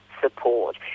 support